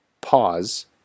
pause